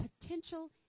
potential